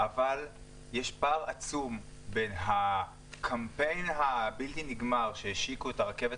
אבל יש פער עצום בין הקמפיין הבלתי נגמר שהשיקו את הרכבת